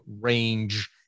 range